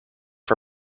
for